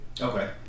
Okay